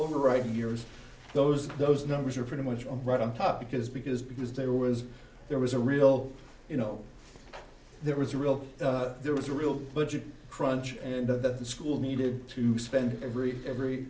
right years those those numbers are pretty much on right on top because because because there was there was a real you know there was a real there was a real budget crunch and that the school needed to spend every every